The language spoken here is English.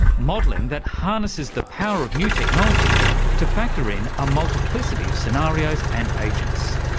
modelling that harnesses the power of new technology to factor in a multiplicity of scenarios and agents.